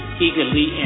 eagerly